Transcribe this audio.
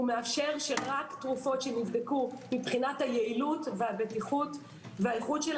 הוא מאפשר שרק תרופות שנבדקו מבחינת היעילות והבטיחות והאיכות,